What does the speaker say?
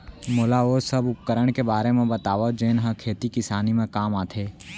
मोला ओ सब उपकरण के बारे म बतावव जेन ह खेती किसानी म काम आथे?